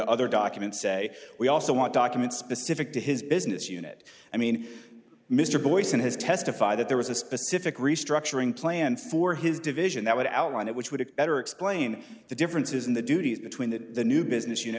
other documents say we also want documents specific to his business unit i mean mr boysen has testified that there was a specific restructuring plan for his division that would outline it which would better explain the differences in the duties between that new business unit